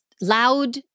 loud